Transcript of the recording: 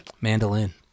Mandolin